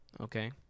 okay